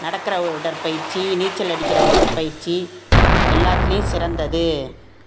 நடக்கிற உடற்பயிற்சி நீச்சல் அடிக்கிற உடற்பயிற்சி எல்லாத்துலேயும் சிறந்தது